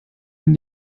wenn